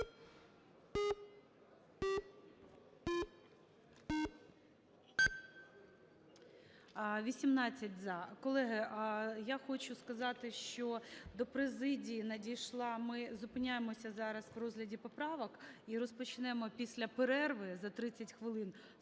За-18 Колеги, я хочу сказати, що до президії надійшла… Ми зупиняємося зараз у розгляді поправок і розпочнемо після перерви за 30 хвилин з поправки